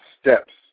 steps